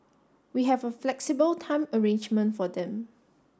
we have a flexible time arrangement for them